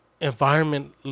environment